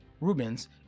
Rubens